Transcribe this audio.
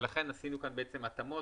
לכן עשינו כאן התאמות.